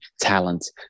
talents